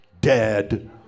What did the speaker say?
dead